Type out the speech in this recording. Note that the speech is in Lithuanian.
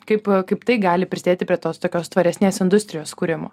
kaip kaip tai gali prisidėti prie tos tokios tvaresnės industrijos kūrimo